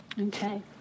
Okay